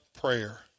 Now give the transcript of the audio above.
prayer